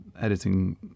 editing